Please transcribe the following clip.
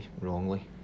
wrongly